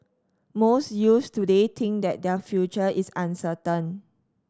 most youths today think that their future is uncertain